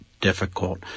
difficult